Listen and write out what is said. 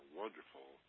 wonderful